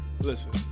listen